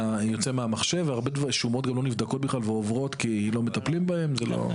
יוצא מהמחשב והרבה שומות לא נבדקות בכלל ועוברות כי לא מטפלים בהן.